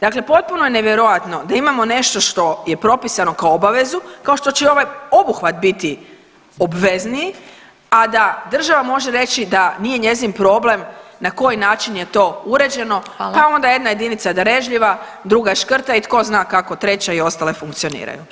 Dakle, potpuno je nevjerojatno da imamo nešto što je propisano kao obavezu kao što će i ovaj obuhvat biti obvezniji, a da država može reći da nije njezin problem na koji način je to uređeno pa onda jedna jedinica je darežljiva, druga škrta i tko zna kako treća i ostale funkcioniraju.